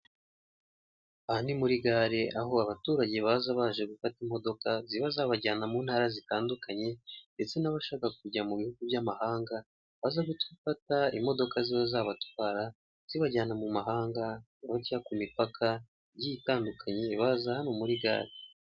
Aha ni muri gare aho abaturage baza baje gufata imodoka, ziba zabajyana mu ntara zitandukanye ndetse n'abashaka kujya mu bihugu by'amahanga, baza gufata imodoka ziba zabatwara zibajyana mu mahanga cyangwa ku mipaka igiye itandukanye, baza hano muri gare.